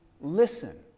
listen